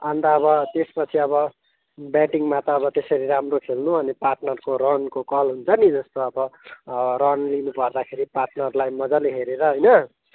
अन्त अब त्यसपछि अब ब्याटिङमा त अब त्यसरी राम्रो खेल्नु अनि पार्टनरको रनको कल हुन्छ नि जस्तो अब रन लिनुपर्दाखेरि पार्टनरलाई मजाले हेरेर होइन